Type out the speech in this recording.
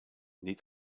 niet